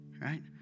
right